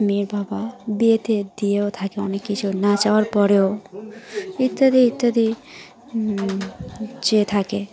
মেয়ের বাবা বিয়েতে দিয়েও থাকে অনেক কিছু না চাওয়ার পরেও ইত্যাদি ইত্যাদি চেয়ে থাকে